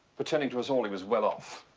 pretending to us all he was well off.